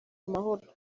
amahoro